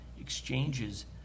exchanges